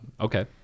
okay